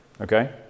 okay